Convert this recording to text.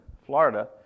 Florida